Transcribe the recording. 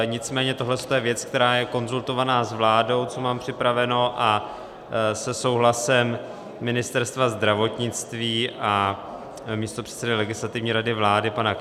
Nicméně tohle to je věc, která je konzultovaná s vládou, co mám připraveno, a se souhlasem Ministerstva zdravotnictví a místopředsedy Legislativní rady vlády pana Kněžínka.